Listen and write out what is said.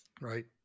Right